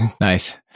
Nice